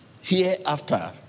Hereafter